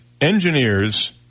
Engineers